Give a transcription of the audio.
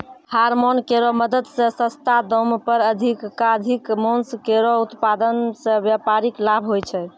hormone केरो मदद सें सस्ता दाम पर अधिकाधिक मांस केरो उत्पादन सें व्यापारिक लाभ होय छै